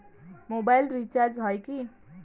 Mobile recharge হয় কি?